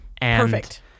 perfect